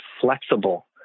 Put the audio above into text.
flexible